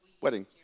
wedding